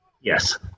yes